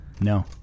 No